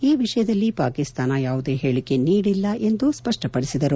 ಈ ವಿಷಯದಲ್ಲಿ ಪಾಕಿಸ್ತಾನ ಯಾವುದೇ ಹೇಳಕೆ ನೀಡಿಲ್ಲ ಎಂದು ಸ್ಪಷ್ಟಪಡಿಸಿದರು